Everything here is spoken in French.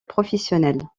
professionnel